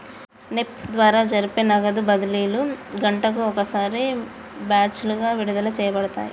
NEFT ద్వారా జరిపే నగదు బదిలీలు గంటకు ఒకసారి బ్యాచులుగా విడుదల చేయబడతాయి